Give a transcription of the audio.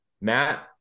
Matt